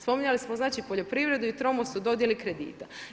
Spominjali smo znači poljoprivredu i tromost u dodjeli kredita.